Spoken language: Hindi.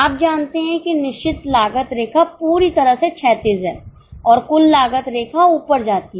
आप जानते हैं कि निश्चित लागत रेखा पूरी तरह से क्षैतिज है और कुल लागत रेखा ऊपर जाती है